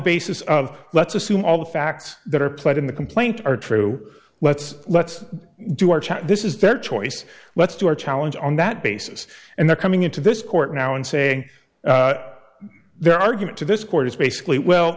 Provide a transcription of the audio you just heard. basis of let's assume all the facts that are played in the complaint are true let's let's do our check this is their choice let's do our challenge on that basis and they're coming into this court now and saying their argument to this court is basically well